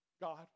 God